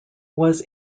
was